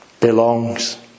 belongs